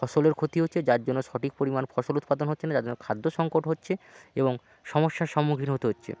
ফসলের ক্ষতি হচ্ছে যার জন্য সঠিক পরিমাণ ফসল উৎপাদন হচ্ছে না যার জন্য খাদ্য সঙ্কট হচ্ছে এবং সমস্যার সম্মুখীন হতে হচ্ছে